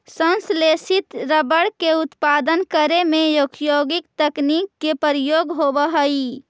संश्लेषित रबर के उत्पादन करे में औद्योगिक तकनीक के प्रयोग होवऽ हइ